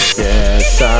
Yes